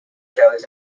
shows